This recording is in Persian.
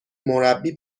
مربی